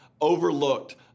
overlooked